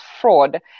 fraud